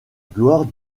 gloire